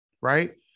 right